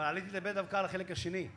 אבל עליתי לדבר דווקא על החלק השני,